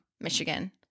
Michigan